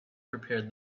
prepared